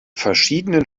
verschiedenen